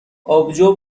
آبجو